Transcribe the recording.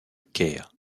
caire